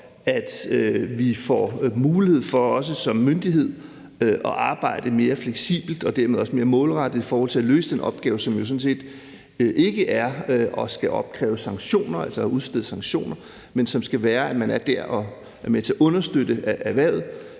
at vi som myndighed får mulighed for at arbejde mere fleksibelt og dermed også mere målrettet i forhold til at løse den opgave, som jo sådan set ikke er at udstede sanktioner, men at man skal være der og være med til at understøtte erhvervet